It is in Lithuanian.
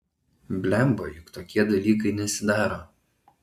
blemba juk tokie dalykai nesidaro